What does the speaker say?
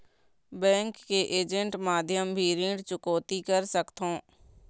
Bank के agent माध्यम भी ऋण चुकौती कर सकथों?